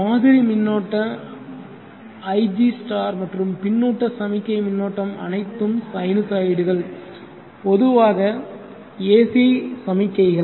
மாதிரி மின்னோட்டம் ig மற்றும் பின்னூட்ட சமிக்ஞை மின்னோட்டம் அனைத்தும் சைனசாய்டுகள் பொதுவாக AC சமிக்ஞைகள்